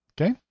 Okay